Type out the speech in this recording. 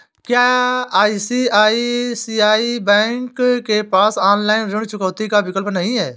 क्या ICICI bank के पास ऑनलाइन ऋण चुकौती का विकल्प नहीं है?